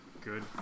good